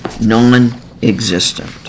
non-existent